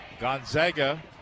Gonzaga